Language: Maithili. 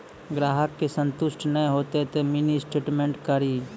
ग्राहक के संतुष्ट ने होयब ते मिनि स्टेटमेन कारी?